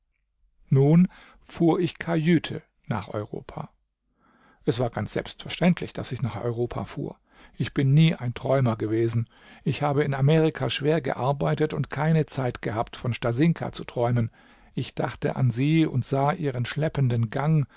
nun fuhr ich kajüte nach europa es war ganz selbstverständlich daß ich nach europa fuhr ich bin nie ein träumer gewesen ich habe in amerika schwer gearbeitet und keine zeit gehabt von stasinka zu träumen ich dachte an sie und sah ihren schleppenden gang